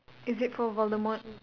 is it for Voldemort